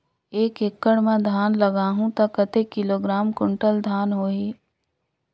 एक एकड़ मां धान लगाहु ता कतेक किलोग्राम कुंटल धान होही?